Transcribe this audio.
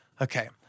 Okay